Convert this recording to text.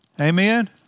Amen